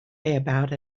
about